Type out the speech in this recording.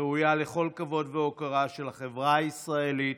ראויה לכל כבוד והוקרה של החברה הישראלית